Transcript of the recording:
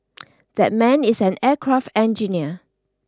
that man is an aircraft engineer